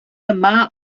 yma